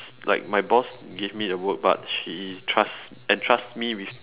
like my boss gave me the work but she trust entrust me with